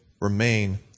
remain